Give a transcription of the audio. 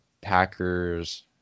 Packers